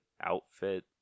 outfit